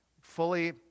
fully